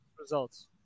results